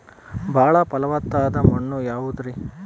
ಬಾಳ ಫಲವತ್ತಾದ ಮಣ್ಣು ಯಾವುದರಿ?